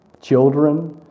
children